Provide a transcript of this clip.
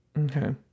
Okay